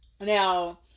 Now